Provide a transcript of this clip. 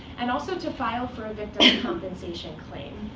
and also to file for a victim's compensation claim.